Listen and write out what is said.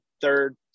third